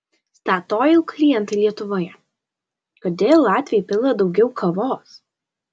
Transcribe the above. statoil klientai lietuvoje kodėl latviai pila daugiau kavos